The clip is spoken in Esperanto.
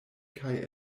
kaj